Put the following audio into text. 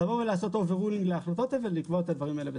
לבוא ולעשות אובר רולינג להחלטות ולקבוע את הדברים האלה בצו.